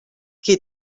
qui